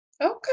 Okay